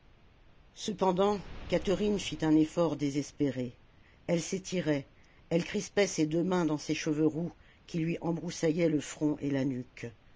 cependant catherine fit un effort désespéré elle s'étirait elle crispait ses deux mains dans ses cheveux roux qui lui embroussaillaient le front et la nuque